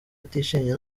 atishimiye